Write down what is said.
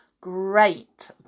great